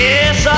Yes